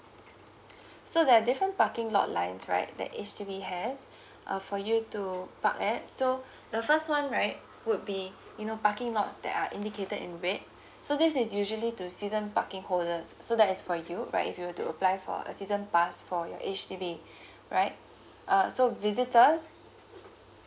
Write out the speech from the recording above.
so there are different parking lot lines right that H_D_B has uh for you to park at so the first [one] right would be you know parking lots that are indicated in red so this is usually to season parking holders so that is for you right if you were to apply for a season pass for your H_D_B right uh so visitors